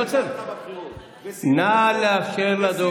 על מה הציבור הצביע --- בבחירות?